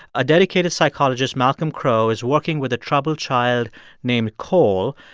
a dedicated psychologist, malcolm crowe, is working with a troubled child named cole.